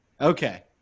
okay